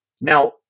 Now